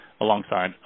alongside